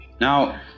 Now